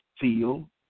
feel